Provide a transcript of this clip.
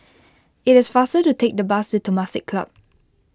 it is faster to take the bus to Temasek Club